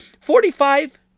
Forty-five